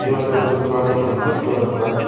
त्यही भएर मलाई पुरानै मनपर्थ्यो अन्त